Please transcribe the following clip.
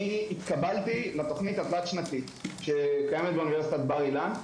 אני התקבלתי לתכנית החד-שנתית שקיימת באוניברסיטת בר-אילן.